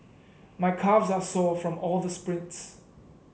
my calves are sore from all the sprints